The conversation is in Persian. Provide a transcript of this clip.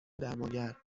درمانگر